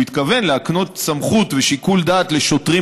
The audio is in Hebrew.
הוא התכוון להקנות סמכות ושיקול דעת לשוטרים